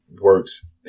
works